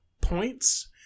points